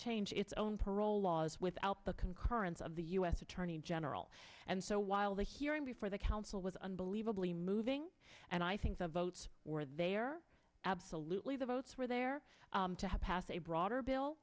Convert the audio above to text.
change its own parole laws without the concurrence of the u s attorney general and so while the hearing before the council was unbelievably moving and i think the votes were there absolutely the votes were there to have passed a broader bill